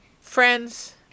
Friends